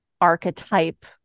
archetype